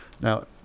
Now